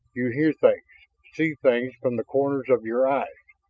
you hear things, see things from the corners of your eyes.